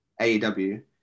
AEW